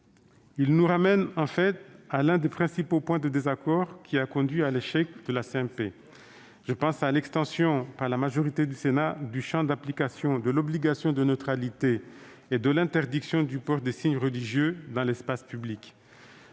Il nous ramène en fait à l'un des principaux points de désaccord ayant conduit à l'échec de la commission mixte paritaire : l'extension, par la majorité du Sénat, du champ d'application de l'obligation de neutralité et de l'interdiction du port des signes religieux dans l'espace public.